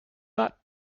got